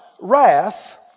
wrath